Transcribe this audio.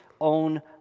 own